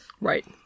Right